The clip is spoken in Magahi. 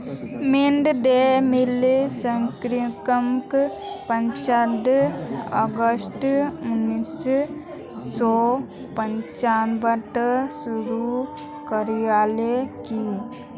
मिड डे मील स्कीमक पंद्रह अगस्त उन्नीस सौ पंचानबेत शुरू करयाल की